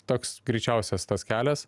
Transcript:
toks greičiausias tas kelias